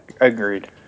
agreed